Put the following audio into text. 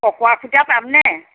পকোৱা সূতা পামনে